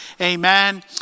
Amen